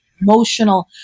emotional